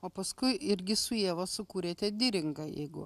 o paskui irgi su ieva sukūrėte diringą jeigu